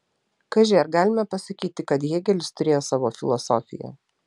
kaži ar galime pasakyti kad hėgelis turėjo savo filosofiją